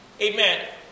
Amen